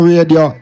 Radio